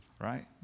right